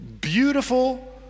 beautiful